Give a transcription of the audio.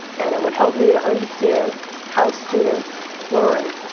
and it would help me to understand how students learn,